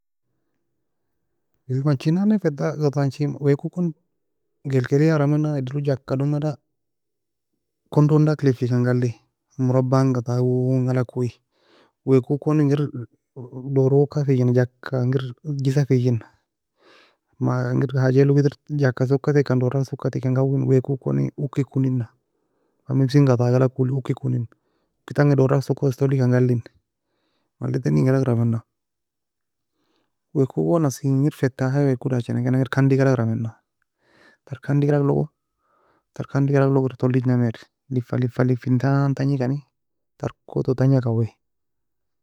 علبه enchi nan ne غطاء فتاحة enchi ، weako kon gilgeliar a mena edie log juka doumeda kondon lak lifkan galie مربي غطاء go enalag ko weako kon engir dorog oka fi gena juka engir hugisa fegina ma engir حاجة log oedir juka soka tekan dorak soka tekan gawin weako koni uki ga kone nan pepsi غطاء galag koeli uki ga konenan uki tanga dorak sokosa touly kani gali malye teni eng alag ra mena. Weako gon asi engir فتاحة ya weako dachena kina gr kandi galgra mena ter kandi galag logo ter kandi galag logo er toulyg namei er lifa lifa lifientan tagnei kani, ter koto tanga kawei.